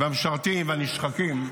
המשרתים והנשחקים,